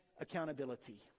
accountability